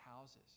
houses